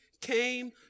came